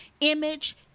image